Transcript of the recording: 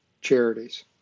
charities